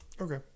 Okay